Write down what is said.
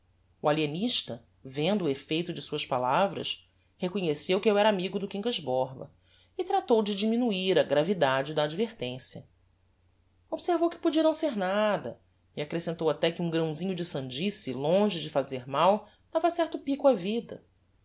o alienista vendo o effeito de suas palavras reconheceu que eu era amigo do quincas borba e tratou de diminuir a gravidade da advertencia observou que podia não ser nada e accrescentou até que um grãosinho de sandice longe de fazer mal dava certo pico á vida